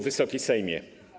Wysoki Sejmie!